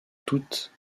toutes